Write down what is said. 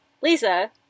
Lisa